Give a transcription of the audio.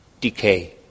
decay